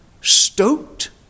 stoked